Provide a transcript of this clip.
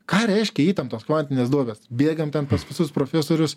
ką reiškia įtemptos kvantinės duobės bėgam ten pas visus profesorius